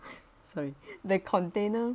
sorry the container